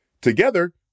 Together